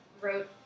wrote